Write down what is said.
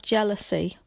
Jealousy